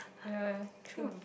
ya true